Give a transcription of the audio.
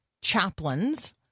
chaplains